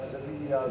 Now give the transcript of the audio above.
הרצלייה,